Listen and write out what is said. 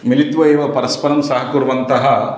मिलित्वा एव परस्परं सहकुर्वन्तः